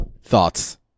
Thoughts